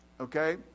Okay